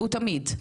הוא תמיד.